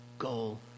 goal